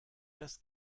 das